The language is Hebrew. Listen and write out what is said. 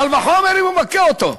קל וחומר אם הוא מכה אותו.